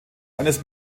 eines